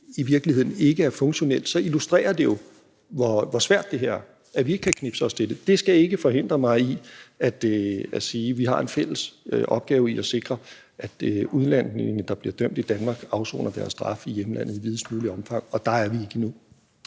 i virkeligheden ikke er funktionelt, så illustrerer det jo, hvor svært det her er, og at vi ikke knipse os til det. Det skal ikke forhindre mig i at sige, at vi har en fælles opgave i at sikre, at udlændinge, der bliver dømt i Danmark, afsoner deres straf i hjemlandet i videst muligt omfang. Og der er vi ikke endnu.